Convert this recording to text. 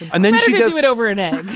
and then she does it over again